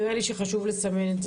שחשוב לסמן את זה,